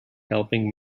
helping